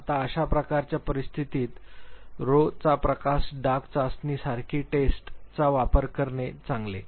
आता अशा प्रकारच्या परिस्थितीत रो चा प्रकाश डाग चाचणी सारखी टेस्ट चा वापर करणे चांगले